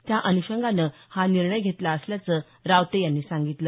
त्या अन्षंगानं हा निर्णय घेतला असल्याचं रावते यांनी सांगितलं